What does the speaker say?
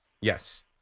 Yes